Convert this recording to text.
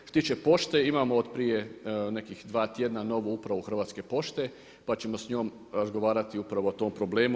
Što se tiče pošte imamo od prije nekih dva tjedna novu Upravu Hrvatske pošte pa ćemo s njom razgovarati upravo o tom problemu.